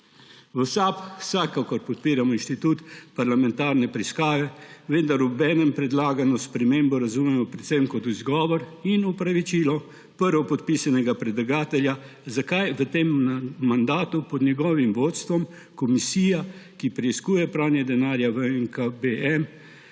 V SAB vsekakor podpiramo institut parlamentarne preiskave, vendar obenem predlagano spremembo razumemo predvsem kot izgovor in opravičilo prvopodpisanega predlagatelja, zakaj se v tem mandatu pod njegovim vodstvom komisija, ki preiskuje pranjedenarja v NKB